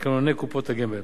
תקנוני קופות הגמל